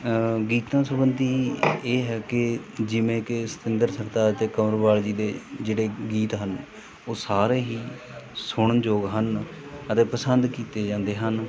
ਗੀਤਾਂ ਸੰਬੰਧੀ ਇਹ ਹੈ ਕਿ ਜਿਵੇਂ ਕਿ ਸਤਿੰਦਰ ਸਰਤਾਜ ਅਤੇ ਕਮਰਵਾਲ ਜੀ ਦੇ ਜਿਹੜੇ ਗੀਤ ਹਨ ਉਹ ਸਾਰੇ ਹੀ ਸੁਣਨ ਯੋਗ ਹਨ ਅਤੇ ਪਸੰਦ ਕੀਤੇ ਜਾਂਦੇ ਹਨ